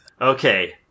Okay